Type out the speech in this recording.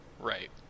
Right